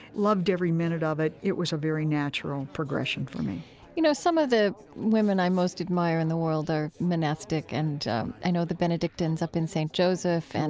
loved every minute of it. it was a very natural progression for me you know, some of the women i most admire in the world are monastic, and i know the benedictines up in st. joseph. and